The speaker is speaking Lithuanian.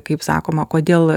kaip sakoma kodėl